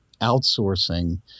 outsourcing